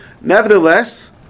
Nevertheless